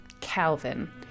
Calvin